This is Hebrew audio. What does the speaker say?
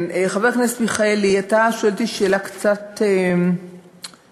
חבר הכנסת מיכאלי, אתה שואל אותי שאלה קצת, קצת,